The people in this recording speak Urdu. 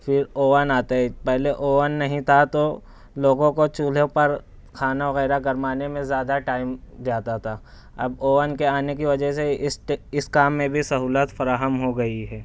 پھر اوون آتا ہے پہلے اوون نہیں تھا تو لوگوں کو چولہوں پر کھانا وغیرہ گرمانے میں زیادہ ٹائم جاتا تھا اب اوون کے آنے کی وجہ اس اس کام میں بھی سہولت فراہم ہو گئی ہے